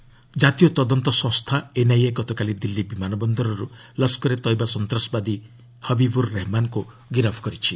NIA Rahman ଜାତୀୟ ତଦନ୍ତ ସଂସ୍ଥା ଏନ୍ଆଇଏ ଗତକାଲି ଦିଲ୍ଲୀ ବିମାନବନ୍ଦରରୁ ଲକୁରେ ତୟବା ସନ୍ତାସବାଦୀ ହବିବ୍ରର୍ ରହେମାନ୍କୁ ଗିରଫ୍ କରିଛି